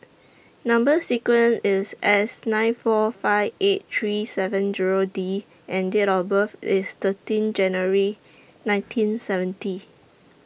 Number sequence IS S nine four five eight three seven Zero D and Date of birth IS thirteen January nineteen seventy